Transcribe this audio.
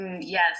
Yes